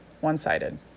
One-sided